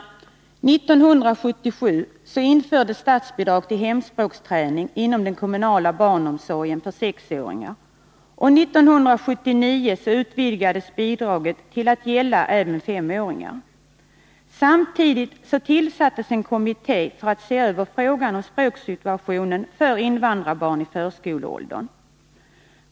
1977 infördes statsbidrag till hemspråksträning inom den kommunala barnomsorgen för sexåringar och 1979 utvidgades bidraget till att gälla även femåringar. Samtidigt tillsattes en kommitté för att se över frågan om språksituationen för invandrarbarn i förskoleåldern.